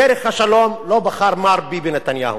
בדרך השלום לא בחר מר ביבי נתניהו.